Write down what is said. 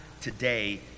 today